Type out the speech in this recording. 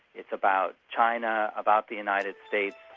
it's about china, about the united states,